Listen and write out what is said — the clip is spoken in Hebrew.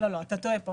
אתה טועה.